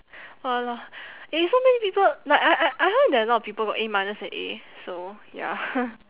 !wala~! eh so many people like I I I heard that a lot of people got A minus and A so ya